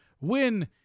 win